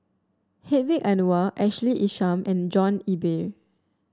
Hedwig Anuar Ashley Isham and John Eber